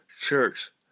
church